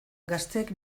gazteek